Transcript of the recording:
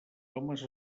homes